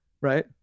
right